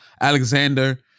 Alexander